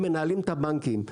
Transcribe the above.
הם מנהלים את הבנקים.